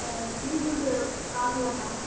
beetroot கால் கிலோக்கா